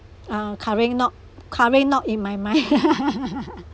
uh currently not currently not in my mind